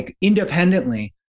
independently